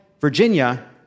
Virginia